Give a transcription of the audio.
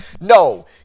No